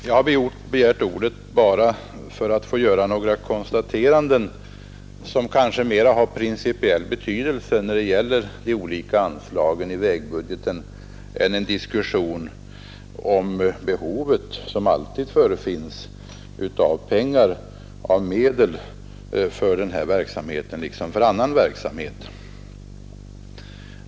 Jag har begärt ordet för att få göra några konstateranden som kanske har större principiell betydelse när det gäller de olika anslagen i vägbudgeten än en diskussion om behovet, som alltid förefinns, av medel för denna verksamhet.